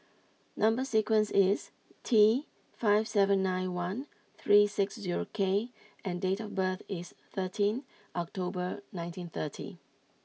number sequence is T five seven nine one three six zero K and date of birth is thirteen October nineteen thirty